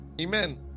Amen